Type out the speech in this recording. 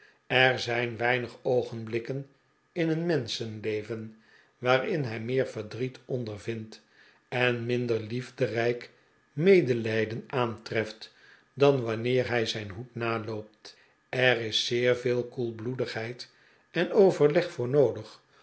er zijn weinig oogenblikken in een menschenleven waarin hij meer verdriet ondervindt en minder liefderijk medelijden aantreft dan wanneer hij zijn hoed naloopt er is zeer veel koelbloedigheid en overleg voor noodig